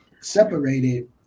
separated